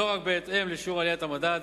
לא רק בהתאם לשיעור עליית המדד,